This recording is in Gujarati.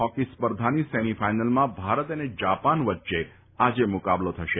હોકી સ્પર્ધાની સેમિફાઈનલમાં ભારત અને જાપાન વચ્ચે આજે મુકાબલો થશે